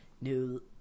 new